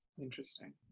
Interesting